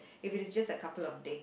if it is just a couple of day